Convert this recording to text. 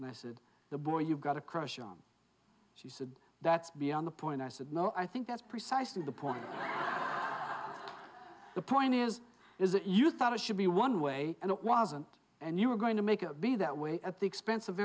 and i said the boy you've got a crush on said that's beyond the point i said no i think that's precisely the point the point is is that you thought it should be one way and it wasn't and you were going to make a b that way at the expense of